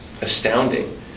astounding